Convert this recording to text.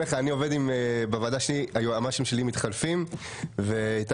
בוועדה שלי היועצים המשפטיים מתחלפים ואיתי